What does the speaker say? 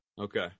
okay